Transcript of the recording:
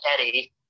eddie